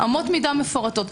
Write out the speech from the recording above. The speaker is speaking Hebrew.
אמות מידה מפורטות.